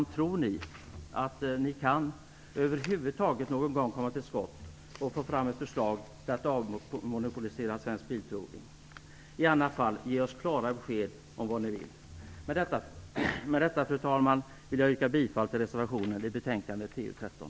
Tror ni att ni över huvud taget någon gång kan komma till skott och få fram ett förslag för att avmonopolisera Svensk Bilprovning? I annat fall: Ge oss klara besked om vad ni vill. Med detta, fru talman, vill jag yrka bifall till reservationen i betänkandet TU13.